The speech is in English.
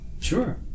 Sure